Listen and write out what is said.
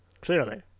Clearly